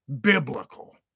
biblical